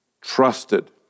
trusted